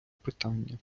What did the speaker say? питання